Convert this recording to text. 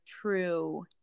true